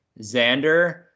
Xander